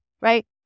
Right